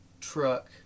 truck